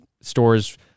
stores